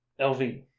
LV